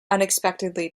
unexpectedly